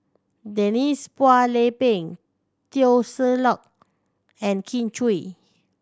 Denise Phua Lay Peng Teo Ser Luck and Kin Chui